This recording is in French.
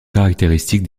caractéristiques